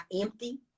empty